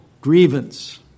grievance